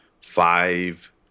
five